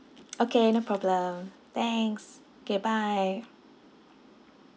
okay no problem thanks K bye